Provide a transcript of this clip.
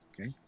Okay